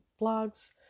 blogs